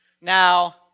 Now